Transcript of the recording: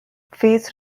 phase